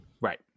Right